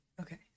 Okay